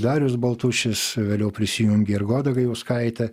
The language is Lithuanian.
darius baltušis vėliau prisijungė ir goda gajauskaitė